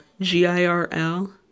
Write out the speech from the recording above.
G-I-R-L